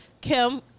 Kim